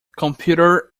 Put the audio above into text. computer